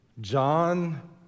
John